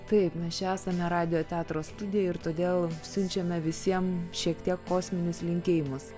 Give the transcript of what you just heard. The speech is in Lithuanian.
taip mes čia esame radijo teatro studijoje ir todėl siunčiame visiems šiek tiek kosminius linkėjimus